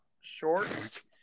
short